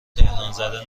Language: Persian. تهرانزده